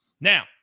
Now